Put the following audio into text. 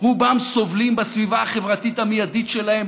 רובם סובלים בסביבה החברתית המיידית שלהם,